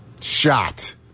shot